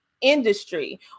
Industry